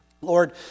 Lord